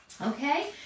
Okay